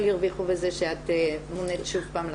ירוויחו מזה שאת מונית שוב פעם לתפקיד.